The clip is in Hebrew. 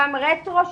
כאן רטרואקטיבית,